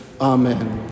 Amen